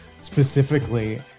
specifically